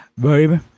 baby